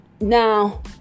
now